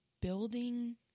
building